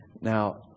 Now